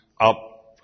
up